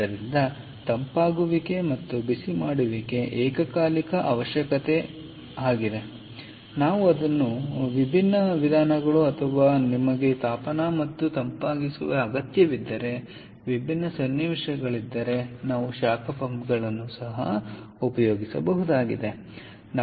ಆದ್ದರಿಂದ ತಂಪಾಗಿಸುವಿಕೆ ಮತ್ತು ಬಿಸಿಮಾಡುವಿಕೆಯ ಏಕಕಾಲಿಕ ಅವಶ್ಯಕತೆ ನಾವು ಹೇಗೆ ಮಾಡಬಹುದು ಮತ್ತು ನಾವು ಅದನ್ನು ಮಾಡಬಹುದಾದ ವಿಭಿನ್ನ ವಿಧಾನಗಳು ಅಥವಾ ನಿಮಗೆ ತಾಪನ ಮತ್ತು ತಂಪಾಗಿಸುವಿಕೆಯ ಅಗತ್ಯವಿರುವ ವಿಭಿನ್ನ ಸನ್ನಿವೇಶಗಳು ಯಾವುವು